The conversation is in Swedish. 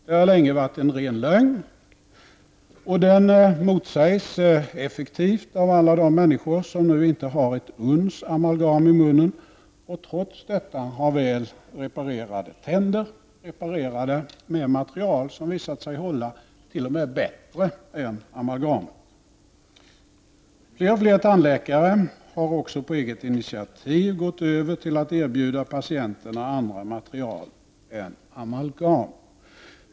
Det har länge varit en ren lögn, och den motsägs effektivt av alla de människor som inte har ett uns amalgam i munnen och trots detta har väl reparerade tänder, reparerade med material som har visat sig hålla t.o.m. bättre än amalgam. Fler och fler tandläkare har också på eget initiativ gått över till att erbjuda patienterna andra tandlagningsmaterial än amalgam.